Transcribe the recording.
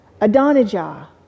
Adonijah